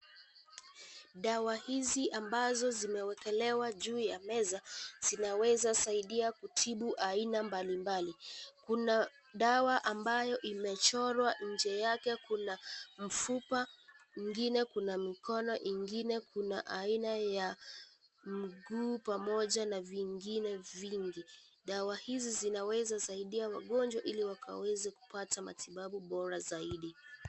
Dawa hizi ambazo zimewekelewa juu ya meza. Zinawezasaidia kutibu aina mbalimbali. Ambayo imechorwa nje yake kuna mfupa mwingine, kuna mikono, ingine kuna aina ya mguu pamoja na jingine vingi. Dawa hizi zinawezasaidia wagonjwa ili wakaweze kupata matibabu bora zaidi.